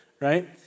right